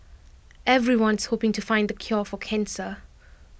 everyone's hoping to find the cure for cancer